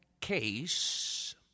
case